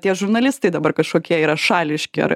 tie žurnalistai dabar kažkokie yra šališki ar